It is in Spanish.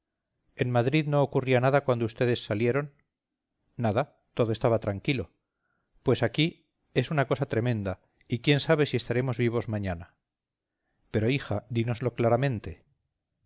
en madrid no ocurría nada cuando vds salieron nada todo estaba tranquilo pues aquí es una cosa tremenda y quién sabe si estaremos vivos mañana pero hija dínoslo claramente